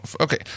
Okay